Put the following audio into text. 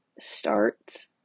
start